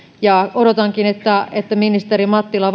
ja odotankin että että ministeri mattila